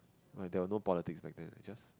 like when there were no politics back then just